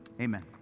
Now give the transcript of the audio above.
Amen